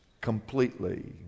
completely